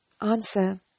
answer